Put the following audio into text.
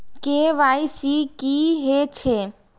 KYC की हे छे?